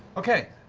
okay.